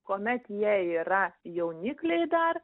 kuomet jie yra jaunikliai dar